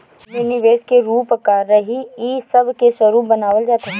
एमे निवेश के रूप का रही इ सब के स्वरूप बनावल जात हवे